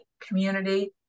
community